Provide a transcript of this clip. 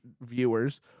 viewers